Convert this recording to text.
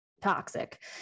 toxic